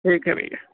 ठीक है भैया